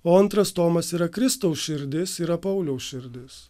o antras tomas yra kristaus širdis yra pauliaus širdis